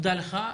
תודה לך,